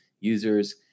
users